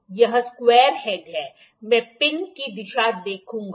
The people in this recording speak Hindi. यह स्क्वायरहेड है मैं पिन की दिशा देखूंगा